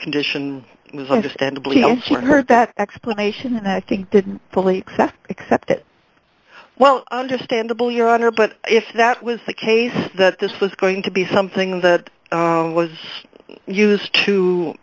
condition was understandably i heard that explanation and i think didn't fully accept it well understandable your honor but if that was the case that this was going to be something that was used to